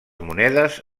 monedes